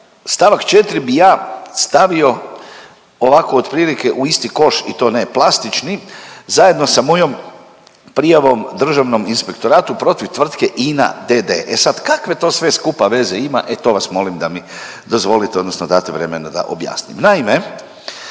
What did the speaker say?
stavak 4. bi ja stavio ovako otprilike u isti koš i to ne plastični, zajedno sa mojom prijavom Državnom inspektoratu protiv tvrtke INA d.d. E sad, kakve to sve skupa veze ima. E to vas molim da mi dozvolite odnosno date vremena da objasnim.